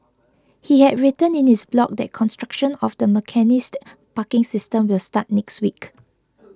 he had written in his blog that construction of the mechanised parking system will start next week